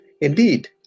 Indeed